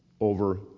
over